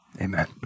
amen